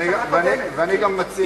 ואני גם מציע,